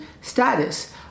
status